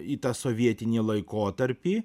į tą sovietinį laikotarpį